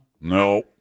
No